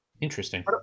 Interesting